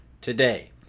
today